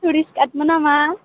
tourist गाइडमोन नामा